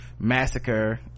Massacre